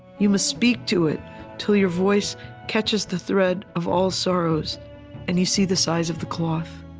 you must speak to it till your voice catches the thread of all sorrows and you see the size of the cloth.